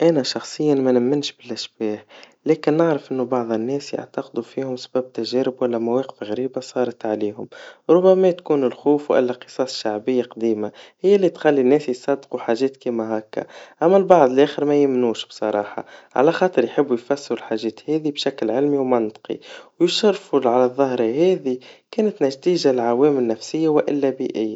أنا شخصياً منؤمنش بالاشباح, لكن إنه بعض الناس يعتقدوا فيهم بسبب تجارب وإلا مواقف غريبا صارت عليهم, وربما تكون الخوف وإلا ال قصص شعبيا قديما, هي اللي تخلي الناس يصدقوا حاجات كيما هكا, أما العض الآخر ميؤمنوش بصراحا, على خاطر يحبو يفسروا الحاجات هذي بشكل علمي ومنطقي, ويشرفوا لعلى الظاهرا هذي, كانت نتيجا لعوامل نفسيا, وإلا بيئيا.